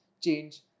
change